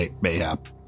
Mayhap